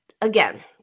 again